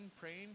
praying